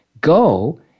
go